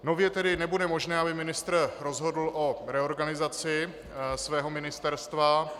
Nově tedy nebude možné, aby ministr rozhodl o reorganizaci svého ministerstva.